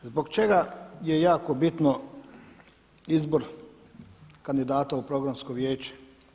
Zbog čega je jako bitno izbor kandidata u Programsko vijeće?